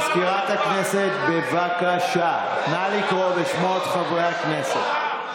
מזכירת הכנסת, בבקשה, נא לקרוא בשמות חברי הכנסת.